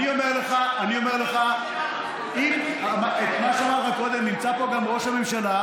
אני אומר לך את מה שאמרתי לך קודם נמצא פה גם ראש הממשלה,